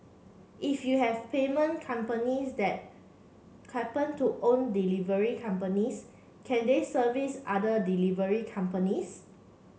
if you have payment companies that happen to own delivery companies can they service other delivery companies